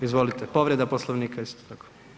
Izvolite, povreda Poslovnika isto tako.